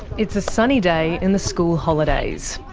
it's a sunny day in the school holidays.